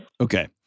Okay